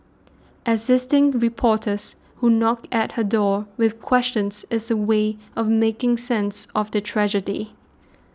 assisting reporters who knock at her door with questions is her way of making sense of the tragedy